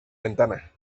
ventana